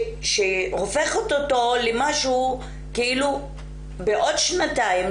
שהופכת אותו למשהו בעוד שנתיים.